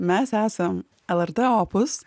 mes esam lrt opus